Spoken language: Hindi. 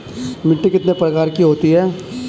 मिट्टी कितने प्रकार की होती हैं?